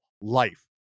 life